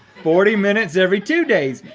forty minutes every two days,